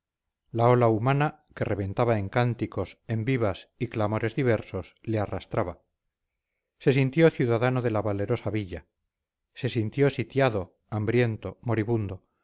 la ola humana que reventaba en cánticos en vivas y clamores diversos le arrastraba se sintió ciudadano de la valerosa villa se sintió sitiado hambriento moribundo